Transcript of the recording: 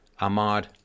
Ahmad